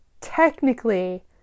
technically